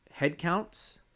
headcounts